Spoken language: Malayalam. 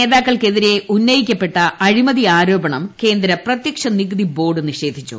നേതാക്കൾക്കെതിരെ ഉന്നയിക്കപ്പെട്ട അഴിമതി ആരോപണം കേന്ദ്ര പ്രത്യക്ഷ നികുതി ബോർഡ് നിഷേധിച്ചു